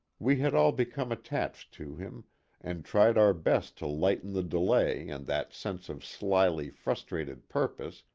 we had all become attached to him and tried our best to lighten the delay and that sense of slyly-frustrated purpose,